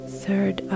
third